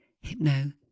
Hypno